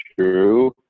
true